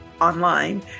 online